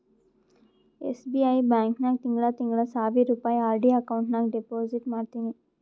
SBI bank ನಾಗ್ ತಿಂಗಳಾ ತಿಂಗಳಾ ಸಾವಿರ್ ರುಪಾಯಿ ಆರ್.ಡಿ ಅಕೌಂಟ್ ನಾಗ್ ಡೆಪೋಸಿಟ್ ಮಾಡ್ತೀನಿ